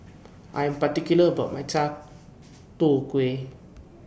I Am particular about My Chai Tow Kway